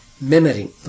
memory